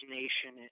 nation